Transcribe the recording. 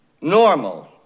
normal